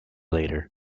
later